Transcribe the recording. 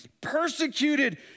persecuted